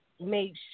made